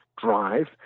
drive